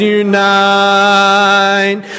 unite